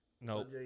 no